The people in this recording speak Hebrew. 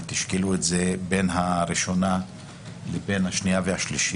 ותשקלו את זה בין הראשונה לבין השנייה והשלישית,